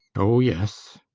oh yes!